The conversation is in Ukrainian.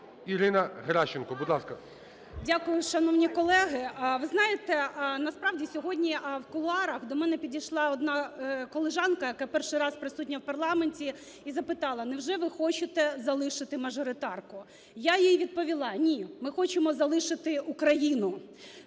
Ірина Геращенко, будь ласка. 13:43:26 ГЕРАЩЕНКО І.В. Дякую, шановні колеги. Ви знаєте, насправді, сьогодні в кулуарах до мене підійшла одна колежанка, яка перший раз присутня у парламенті, і запитала: "Невже ви хочете залишити мажоритарку?". Я їй відповіла: "Ні, ми хочемо залишити Україну".